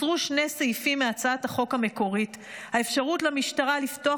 הוסרו שני סעיפים מהצעת החוק המקורית: האפשרות למשטרה לפתוח